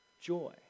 joy